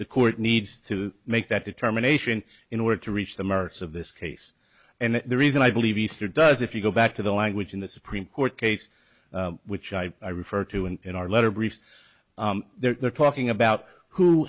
the court needs to make that determination in order to reach the merits of this case and the reason i believe easter does if you go back to the language in the supreme court case which i referred to and in our letter briefs they're talking about who